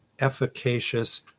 efficacious